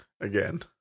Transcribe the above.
again